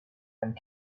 and